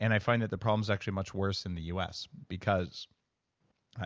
and i find that the problem is actually much worse in the us because